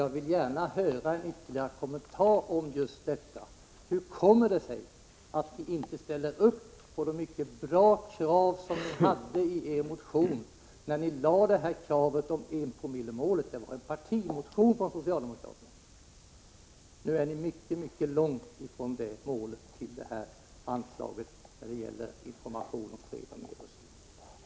Jag vill gärna få en kommentar till hur det kommer sig att ni inte nu ställer er bakom de mycket bra krav om 1-promillemålet, som ni tidigare framförde i er partimotion. Nu är ni mycket långt från det målet när det gäller anslag till information om fred och nedrustning.